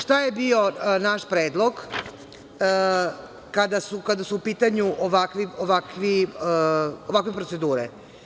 Šta je bio naš predlog kada su u pitanju ovakve procedure?